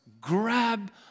Grab